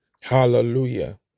Hallelujah